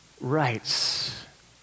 rights